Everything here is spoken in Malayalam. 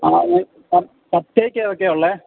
ആ ഞാന് കപ്പ് കേക്ക് ഏതൊക്കെയാണ് ഉള്ളത്